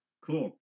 Cool